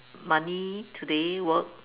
money today work